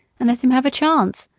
and let him have a chance.